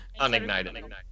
unignited